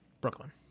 Brooklyn